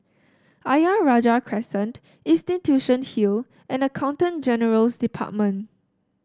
Ayer Rajah Crescent Institution Hill and Accountant General's Department